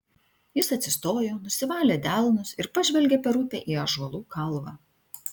jis atsistojo nusivalė delnus ir pažvelgė per upę į ąžuolų kalvą